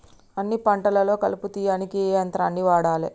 అన్ని పంటలలో కలుపు తీయనీకి ఏ యంత్రాన్ని వాడాలే?